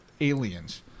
aliens